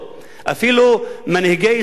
אפילו מנהיגי ישראל,